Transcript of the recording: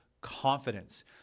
confidence